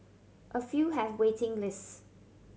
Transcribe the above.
a few have waiting lists